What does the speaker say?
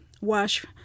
WASH